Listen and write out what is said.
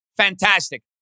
fantastic